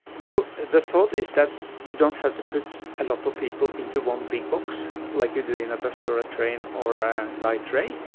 the thought is that you don't have to put a lot of people into one big box like you do in a bus or a train or a light rail.